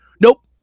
nope